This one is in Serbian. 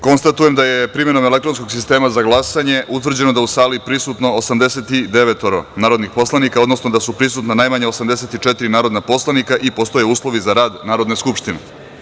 Konstatujem da je, primenom elektronskog sistema za glasanje, utvrđeno da je u sali prisutno 89 narodnih poslanika, odnosno da su prisutna najmanje 84 narodna poslanika i da postoje uslovi za rad Narodne skupštine.